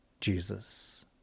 Jesus